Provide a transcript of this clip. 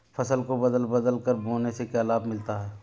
फसल को बदल बदल कर बोने से क्या लाभ मिलता है?